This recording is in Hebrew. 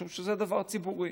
משום שזה דבר ציבורי,